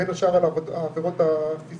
בין השאר על העבירות הפיזיות,